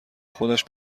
خودش